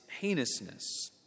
heinousness